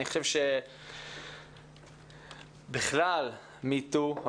אני חושב שבכלל me too,